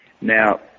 Now